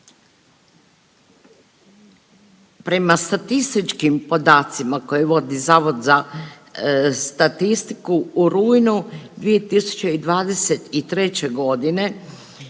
Prema statističkim podacima koje vodi Zavod za statistiku, u rujnu 2023.g.